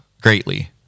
greatly